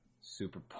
Super